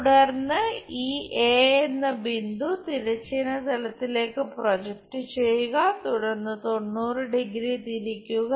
തുടർന്ന് ഈ എ എന്ന ബിന്ദു തിരശ്ചീന തലത്തിലേക്ക് പ്രൊജക്റ്റ് ചെയ്യുക തുടർന്ന് 90 ഡിഗ്രി 90° തിരിക്കുക